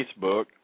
Facebook